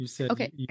Okay